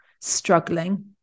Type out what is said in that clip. struggling